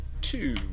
two